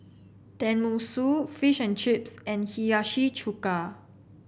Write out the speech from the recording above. Tenmusu Fish and Chips and Hiyashi Chuka